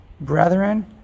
brethren